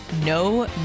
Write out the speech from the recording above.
no